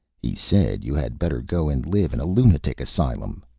he said you had better go and live in a lunatic asylum,